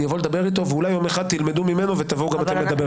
אני אבוא לדבר איתו ואולי יום אחד תלמדו ממנו ותבואו גם אתם לדבר איתי.